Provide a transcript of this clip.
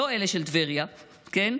לא אלה של טבריה, כן?